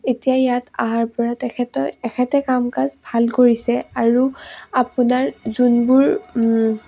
এতিয়া ইয়াত অহাৰপৰা তেখেতৰ এখেতে কাম কাজ ভাল কৰিছে আৰু আপোনাৰ যোনবোৰ